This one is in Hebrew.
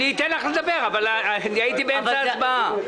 אני אתן לך לדבר אבל הייתי באמצע ההצבעה.